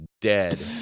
dead